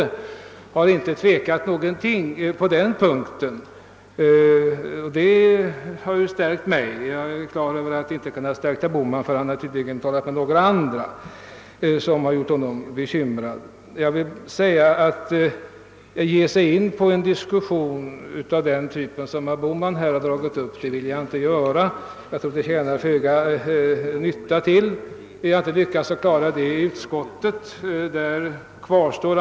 De har inte tvekat det ringaste på den punkten, och detta har styrkt mig i min uppfattning. Jag är på det klara med att detta inte kan övertyga herr Bohman — han har tydligen talat med några andra, som gjort honom bekymrad — men jag vill inte ge mig in på en diskussion av den typ som herr Bohman här dragit upp, eftersom jag tror det tjänar föga till. Vi har inte i utskottet lyckats övertyga reservanterna.